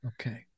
Okay